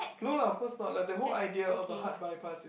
no lah of course not lah the whole idea of a heart bypass is